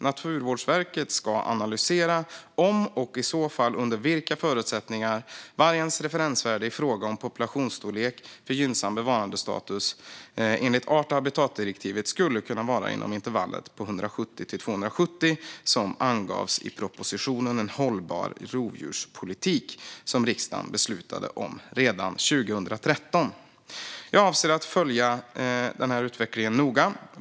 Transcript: Naturvårdsverket ska analysera om, och i så fall under vilka förutsättningar, vargens referensvärde i fråga om populationsstorlek för gynnsam bevarandestatus enligt art och habitatdirektivet skulle kunna vara inom intervallet 170-270 som angavs i propositionen En hållbar rovdjurspolitik som riksdagen beslutade om redan 2013. Jag avser att följa utvecklingen noga.